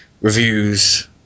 reviews